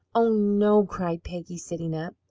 oh, no! cried peggy, sitting up.